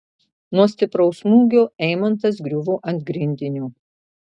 nuo stipraus smūgio eimantas griuvo ant grindinio